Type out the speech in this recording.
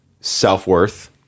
self-worth